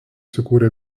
įsikūrė